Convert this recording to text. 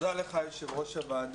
תודה לך, יושב ראש הוועדה.